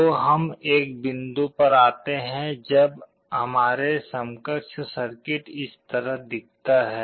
तो हम एक बिंदु पर आते हैं जब हमारे समकक्ष सर्किट इस तरह दिखता है